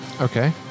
Okay